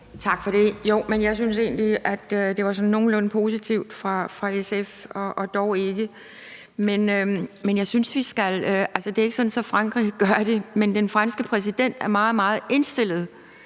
Tak for det. Jeg synes egentlig, at det var sådan nogenlunde positivt fra SF's side – og så alligevel ikke. Det er ikke sådan, at Frankrig gør det, men den franske præsident er meget, meget indstillet